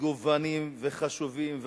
מגוונים וחשובים,